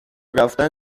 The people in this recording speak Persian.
رفتن